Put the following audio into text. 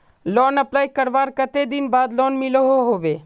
Loan apply करवार कते दिन बाद लोन मिलोहो होबे?